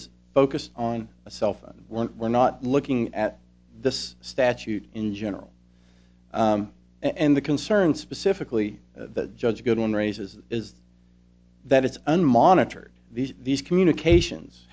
is focused on a cell phone won't we're not looking at this statute in general and the concern specifically the judge good on raises is that it's unmonitored these these communications